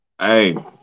Hey